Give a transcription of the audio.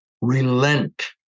relent